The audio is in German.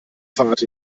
fahrt